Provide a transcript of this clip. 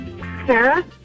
Sarah